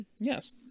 Yes